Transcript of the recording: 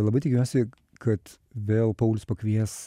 labai tikiuosi kad vėl paulius pakvies